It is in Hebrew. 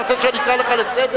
אתה רוצה שאני אקרא לך לסדר?